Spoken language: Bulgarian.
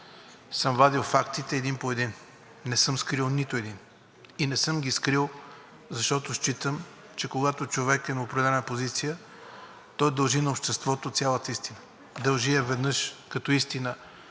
съм вадил фактите един по един. Не съм скрил нито един. Не съм ги скрил, защото считам, че когато човек е на определена позиция, той дължи на обществото цялата истина. Дължи я веднъж като истина